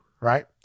right